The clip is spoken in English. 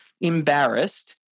embarrassed